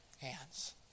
hands